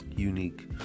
unique